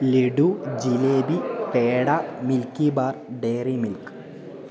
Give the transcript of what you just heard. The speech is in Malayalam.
laddu jalebi peda Milkybar Dairy Milk